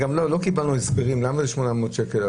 לא קיבלנו הסברים למה זה 800 שקל,